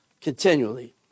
continually